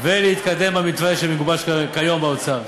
ולהתקדם במתווה שמגובש כיום באוצר.